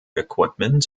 equipment